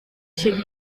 się